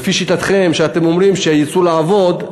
לפי שיטתכם שאתם אומרים: שיצאו לעבוד,